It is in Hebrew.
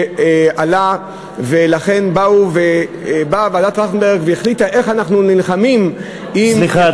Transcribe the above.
ולכן ועדת-טרכטנברג החליטה סליחה,